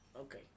Okay